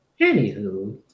Anywho